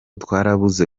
twarabuze